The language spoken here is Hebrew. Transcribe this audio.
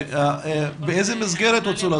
באיזו מסגרת הוצאו לחל"ת?